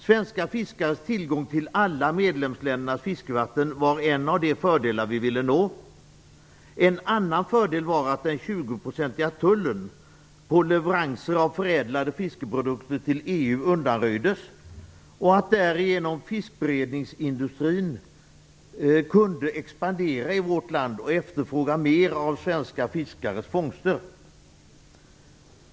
Svenska fiskares tillgång till alla medlemsländernas fiskevatten var en av de fördelar vi ville nå. En annan fördel var att den 20-procentiga tullen på leveranser av förädlade fiskeprodukter till EU undanröjdes och att fiskberedningsindustrin därigenom kunde expandera i vårt land och efterfråga mer av svenska fiskares fångster.